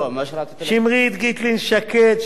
שמרית גיטלין-שקד,